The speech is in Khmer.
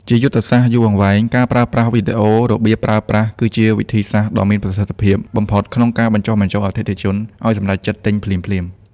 ជាយុទ្ធសាស្ត្រយូរអង្វែង ការប្រើប្រាស់ វីដេអូរបៀបប្រើប្រាស់គឺជាវិធីសាស្ត្រដ៏មានប្រសិទ្ធភាពបំផុតក្នុងការបញ្ចុះបញ្ចូលអតិថិជនឱ្យសម្រេចចិត្តទិញភ្លាមៗ។